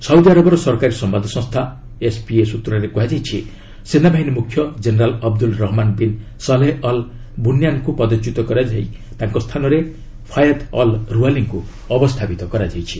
Saudi ଆରବର ସରକାରୀ ସମ୍ଭାଦ ସଂସ୍ଥା ଏସ୍ପିଏ ସୂତ୍ରରେ କୁହାଯାଇଛି ସେନାବାହିନୀ ମୁଖ୍ୟ general Abdul Rahman bin Saleh al ବୁନୟାନଙ୍କୁ ପଦଚ୍ୟୁତ କରାଯାଇ ତାଙ୍କ ସ୍ଥାନରେ ଫାୟାଦ୍ ଅଲ୍ ରୁଓ୍ୱାଲିଙ୍କୁ ଅବସ୍ଥାପିତ କରାଯାଇଛି